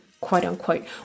quote-unquote